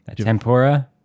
Tempura